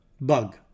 bug